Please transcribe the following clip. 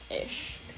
ish